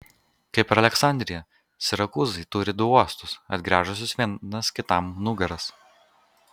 kaip ir aleksandrija sirakūzai turi du uostus atgręžusius vienas kitam nugaras